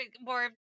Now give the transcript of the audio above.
more